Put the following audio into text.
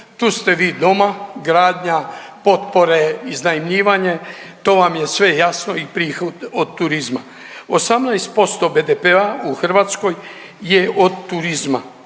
tu ste vi doma, gradnja, potpore, iznajmljivanje, to vam je sve jasno i prihod od turizma. 18% BDP-a u Hrvatskoj je od turizma,